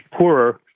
poorer